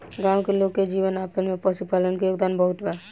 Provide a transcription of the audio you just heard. गाँव के लोग के जीवन यापन में पशुपालन के योगदान बहुत बा